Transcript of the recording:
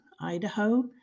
Idaho